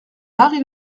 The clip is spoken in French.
marie